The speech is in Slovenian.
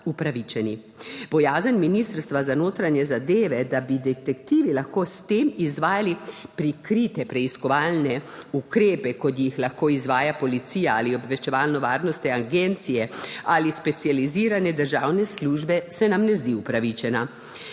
upravičeni. Bojazen Ministrstva za notranje zadeve, da bi detektivi lahko s tem izvajali prikrite preiskovalne ukrepe, kot jih lahko izvaja policija ali obveščevalno-varnostne agencije ali specializirane državne službe, se nam ne zdi upravičena.